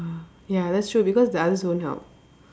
ya that's true because the others won't help